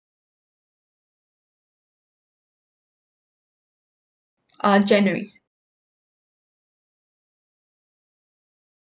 uh january